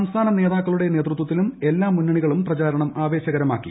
സംസ്ഥാന നേതാക്കളുടെ നേതൃത്വത്തിലും എല്ലാ മുന്നണികളും പ്രചാരണം ആവേശകരമാക്കി